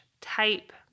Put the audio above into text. type